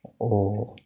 oh